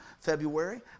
February